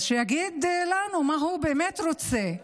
אז שיגיד לנו מה הוא באמת רוצה.